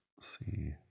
see